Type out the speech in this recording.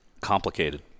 Complicated